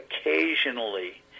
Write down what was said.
occasionally